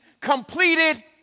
completed